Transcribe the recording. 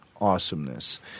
awesomeness